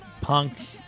punk